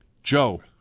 Joe